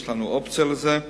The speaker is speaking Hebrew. יש לנו אופציה לזה.